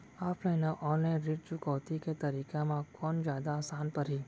Offline अऊ online ऋण चुकौती के तरीका म कोन जादा आसान परही?